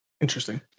Interesting